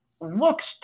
looks